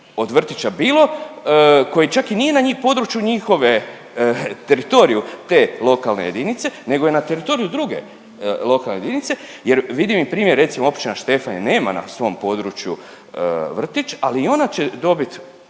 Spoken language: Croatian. od vrtića bilo koji čak i nije na području njihove, teritoriju te lokalne jedinice, nego je na teritoriju druge lokalne jedinice. Jer vidim i primjer recimo općina Štefanje nema na svom području vrtić, ali i ona će dobit